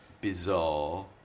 bizarre